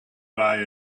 buy